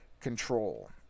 control